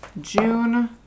June